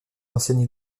anciennes